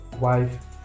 wife